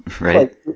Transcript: right